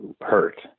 hurt